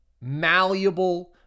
malleable